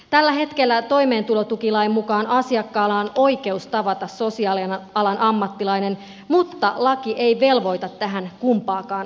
tällä hetkellä toimeentulotukilain mukaan asiakkaalla on oikeus tavata sosiaalialan ammattilainen mutta laki ei velvoita tähän kumpaakaan osapuolta